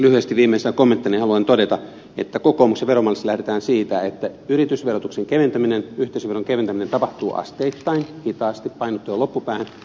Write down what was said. lyhyesti viimeisenä kommenttinani haluan todeta että kokoomuksen veromallissa lähdetään siitä että yritysverotuksen keventäminen yhteisöveron keventäminen tapahtuu asteittain hitaasti painottuen loppupäähän